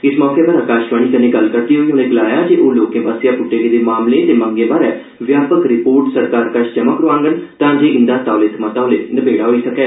इस मौके पर आकाशवाणी कन्नै गल्ल करदे होई उने गलाया जे ओ लोके आस्सेआ पुट्टे गेदे मामले ते मंगें बारे व्यापक रिपोर्ट सरकार कश जमा करोआंगन तां जे इंदा तौले शा तौले नबेड़ा होई सकै